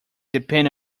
depend